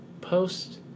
post